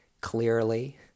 clearly